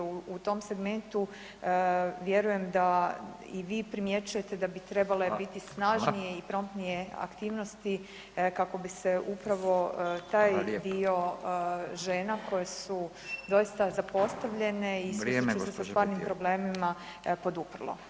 U tom segmentu vjerujem da i vi primjećujete da bi trebale biti snažnije i promptnije aktivnosti kako bi se upravo taj dio žena koje su doista zapostavljene i susreću se sa stvarnim problemima poduprlo.